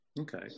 okay